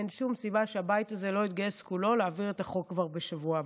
אין שום סיבה שהבית הזה לא יתגייס כולו להעביר את החוק כבר בשבוע הבא.